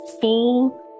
full